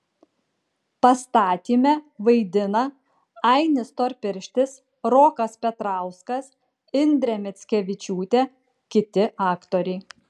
pastatyme vaidina ainis storpirštis rokas petrauskas indrė mickevičiūtė kiti aktoriai